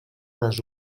les